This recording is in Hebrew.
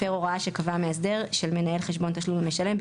הפר הוראה שקבע מאסדר של מנהל חשבון תשלום למשלם,